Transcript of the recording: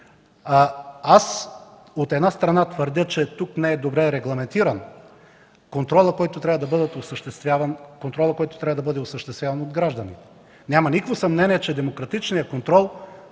Аз твърдя, че тук не е добре регламентиран контролът, който трябва да бъде осъществяван от гражданите. Няма никакво съмнение, че демократичният контрол,